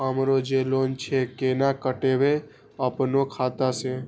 हमरो जे लोन छे केना कटेबे अपनो खाता से?